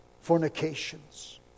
fornications